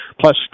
plus